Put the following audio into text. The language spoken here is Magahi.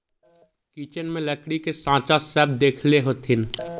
किचन में लकड़ी के साँचा सब देखले होथिन